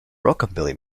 rockabilly